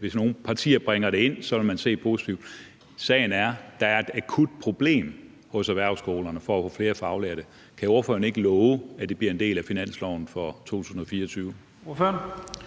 hvis nogle partier bringer det op, vil man se positivt på det. Sagen er, at der er et akut problem hos erhvervsskolerne, og at der er et problem med at få flere faglærte, så kan ordføreren ikke love, at det bliver en del af finansloven for 2024?